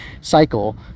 cycle